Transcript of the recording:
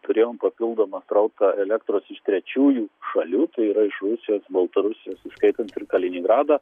turėjom papildomą srautą elektros iš trečiųjų šalių tai yra iš rusijos baltarusijos įskaitant ir kaliningradą